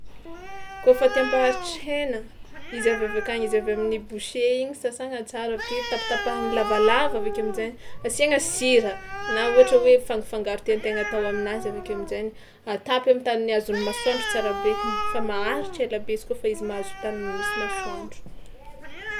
Kaofa te hampaharitra hena, izy avy avy akagny izy avy amin'ny boucher igny sasagna tsara avy ake tapatapahina lavalava avy akeo amin-jay asiagna sira na ohatra hoe afangafangaro tian-tegna atao aminazy avy ake amin-jainy atapy am'tany niazon'ny masoandro tsara bekiny fa maharitra elabe izy kaofa izy mahazo tany misy masoandro.